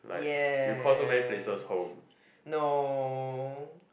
yes no